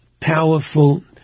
powerful